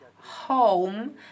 home